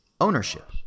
ownership